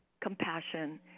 compassion